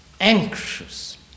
anxious